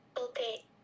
Okay